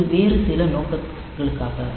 இது வேறு சில நோக்கங்களுக்காக